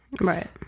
Right